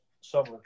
summer